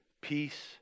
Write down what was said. peace